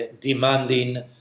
demanding